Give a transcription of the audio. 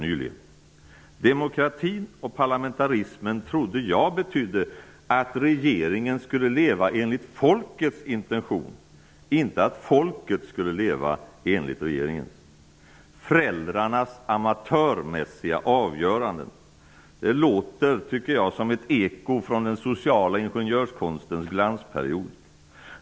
Jag trodde att demokrati och parlamentarism betydde att regeringen skulle leva enligt folkets intentioner, inte att folket skulle leva enligt regeringens intentioner. Jag tycker att ''föräldrarnas amatörmässiga avgörande'' låter som ett eko av den sociala ingenjörskonstens glansperiod.